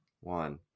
one